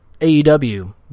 AEW